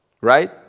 Right